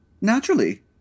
Naturally